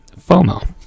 FOMO